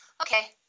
okay